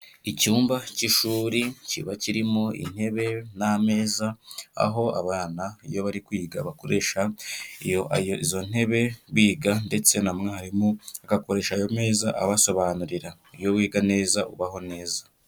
Icyumba cy'ishuri kiba kirimo intebe n'ameza, aho abana iyo bari kwiga bakoresha izo ntebe biga, ndetse na mwarimu agakoresha ayo meza abasobanurira. Iyo wiga neza, ubaho neza.